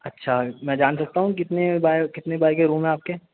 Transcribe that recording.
اچھا میں جان سکتا ہوں کتنے بائے کتنے بائے کے روم ہیں آپ کے